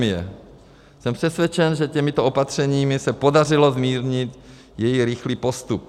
Jsem přesvědčen, že těmito opatřeními se podařilo zmírnit její rychlý postup.